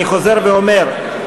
אני חוזר ואומר,